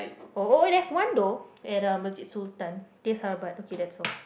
oh oh there's one though at um Bukit Sultan teh sarabat okay that's all